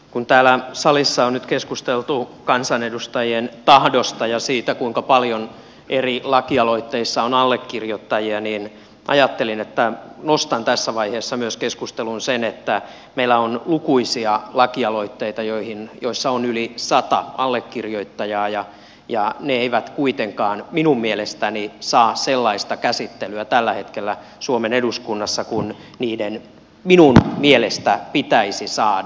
kun täällä salissa on nyt keskusteltu kansanedustajien tahdosta ja siitä kuinka paljon eri lakialoitteissa on allekirjoittajia niin ajattelin että nostan tässä vaiheessa keskusteluun myös sen että meillä on lukuisia lakialoitteita joissa on yli sata allekirjoittajaa ja ne eivät kuitenkaan minun mielestäni saa sellaista käsittelyä tällä hetkellä suomen eduskunnassa kuin niiden minun mielestäni pitäisi saada